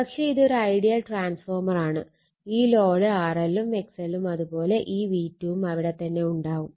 പക്ഷെ ഇത് ഒരു ഐഡിയൽ ട്രാൻസ്ഫോർമർ ആണ് ഈ ലോഡ് RL ഉം XL ഉം അത് പോലെ ഈ V2 വും അവിടെ തന്നെ ഉണ്ടാവും